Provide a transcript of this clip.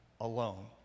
alone